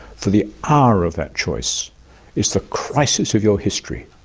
for the hour of that choice is the crisis of your history